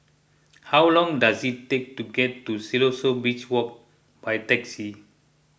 how long does it take to get to Siloso Beach Walk by taxi